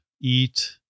eat